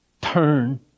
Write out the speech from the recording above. Turn